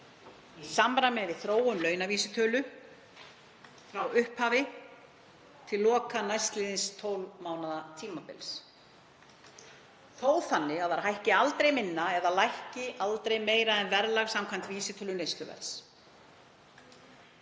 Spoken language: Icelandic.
í samræmi við þróun launavísitölu frá upphafi til loka næstliðins tólf mánaða tímabils, þó þannig að þær hækki aldrei minna eða lækki meira en verðlag samkvæmt vísitölu neysluverðs.“